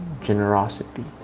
generosity